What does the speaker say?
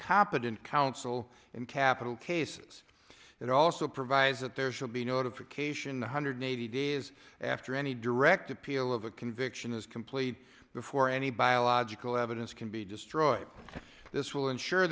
capital counsel in capital cases it also provides that there should be notification one hundred eighty days after any direct appeal of a conviction is complete before any biological evidence can be destroyed this will ensure